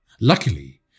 Luckily